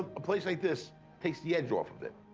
a place like this takes the edge off of it.